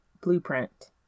blueprint